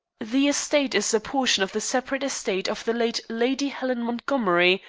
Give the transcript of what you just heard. the estate is a portion of the separate estate of the late lady helen montgomery,